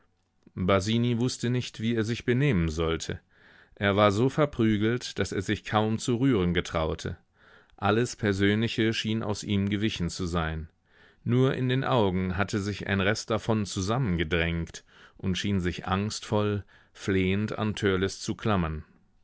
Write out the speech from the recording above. basini wußte nicht wie er sich benehmen sollte er war so verprügelt daß er sich kaum zu rühren getraute alles persönliche schien aus ihm gewichen zu sein nur in den augen hatte sich ein rest davon zusammengedrängt und schien sich angstvoll flehend an törleß zu